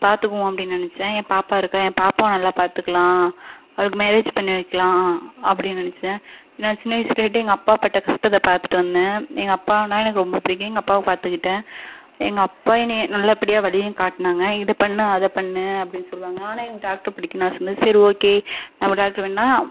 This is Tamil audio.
பார்த்துக்குவோம் அப்படின்னு நினச்சேன் என் பாப்பா இருக்காள் என் பாப்பாவை நல்லா பார்த்துக்கலாம் அவளுக்கு மேரேஜ் பண்ணி வைக்கலாம் அப்படினு நினச்சேன் நான் சின்ன வயதுலேட்டு எங்கள் அப்பா பட்ட கஷ்டத்தை பார்த்துட்டு வந்தேன் எங்கள் அப்பானால் எனக்கு ரொம்ப பிடிக்கும் எங்கள் அப்பாவை பார்த்துக்கிட்டேன் எங்கள் அப்பா என்னை நல்லபடியாக வழியும் காட்டினாங்க இதை பண்ணு அதை பண்ணு அப்படின்னு சொல்லுவாங்க ஆனால் எனக்கு டாக்டரு படிக்கணும்னு ஆசை இருந்தது சரி ஓகே நம்ம டாக்டரு வேணாம்